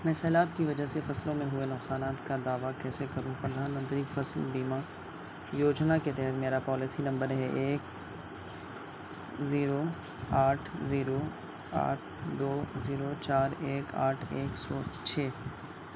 میں سیلاب کی وجہ سے فصلوں میں ہوئے نقصانات کا دعویٰ کیسے کروں پردھان منتری فصل بیمہ یوجنا کے تحت میرا پالسی نمبر ہے ایک زیرو آٹھ زیرو آٹھ دو زیرو چار ایک آٹھ ایک سو چھ